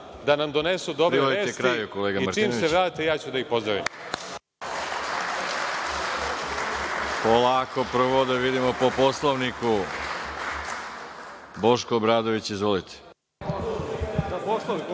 da nam donesu dobre vesti i čim se vrate ja ću da ih pozdravim.